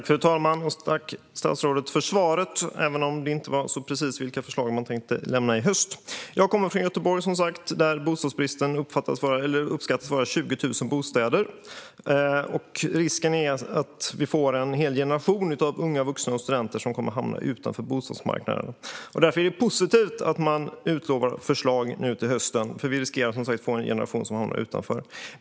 Fru talman! Tack, statsrådet, för svaret, även om det inte gällde precis vilka förslag man tänker lägga fram i höst. Jag kommer som sagt från Göteborg, där bostadsbristen uppskattas till 20 000 bostäder. Risken är att vi får en hel generation av unga vuxna och studenter som kommer att hamna utanför bostadsmarknaden. Därför är det positivt att man utlovar förslag nu till hösten, för vi riskerar som sagt att få en generation som hamnar utanför.